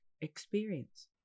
experience